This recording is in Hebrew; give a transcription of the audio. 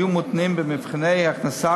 שיהיו מותנים במבחני הכנסה.